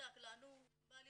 בדק לנו, בעלי